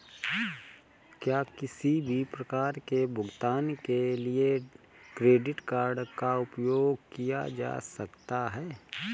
क्या किसी भी प्रकार के भुगतान के लिए क्रेडिट कार्ड का उपयोग किया जा सकता है?